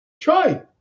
Try